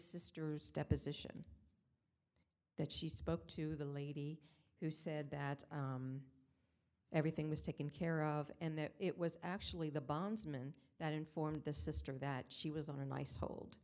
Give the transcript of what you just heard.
sister's deposition that she spoke to the lady who said that everything was taken care of and that it was actually the bondsman that informed the sister that she was on a nice hold